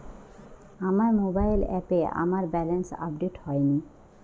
আমার মোবাইল অ্যাপে আমার ব্যালেন্স আপডেট হয়নি